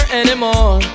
anymore